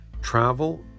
Travel